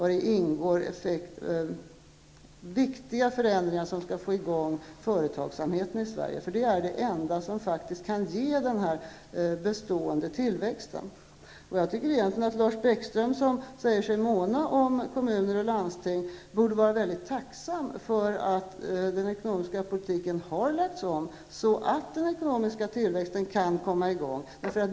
Häri ingår viktiga förändringar som skall få i gång företagsamheten i Sverige. Det är det enda som faktiskt kan ge den här bestående tillväxten. Jag tycker egentligen att Lars Bäckström, som säger sig måna om kommuner och landsting, borde vara mycket tacksam för att den ekonomiska politiken har lagts om, så att den ekonomiska tillväxten kan komma i gång.